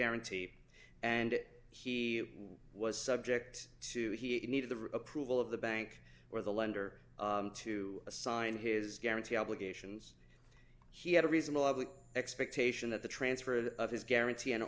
guarantee and he was subject to he needed the approval of the bank or the lender to assign his guarantee obligations he had a reasonable expectation that the transfer of his guarantee an